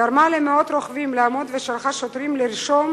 גרמה למאות רוכבים לעמוד ושלחה שוטרים לרשום